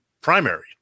primary